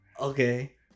Okay